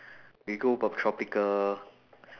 we go poptropica